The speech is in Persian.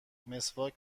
مسواک